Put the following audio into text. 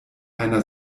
einer